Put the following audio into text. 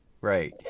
Right